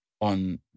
on